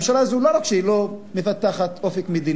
הממשלה הזאת לא רק שהיא לא מפתחת אופק מדיני,